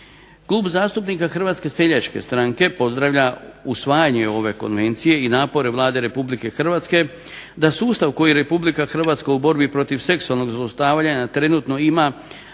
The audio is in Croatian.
Klub zastupnika HSS-a pozdravlja usvajanje ove konvencije i napore Vlada Republike Hrvatske da sustav koji RH u borbi protiv seksualnog zlostavljanja trenutno ima